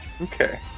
Okay